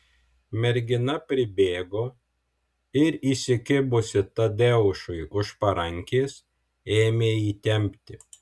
mergina pribėgo ir įsikibusi tadeušui už parankės ėmė jį tempti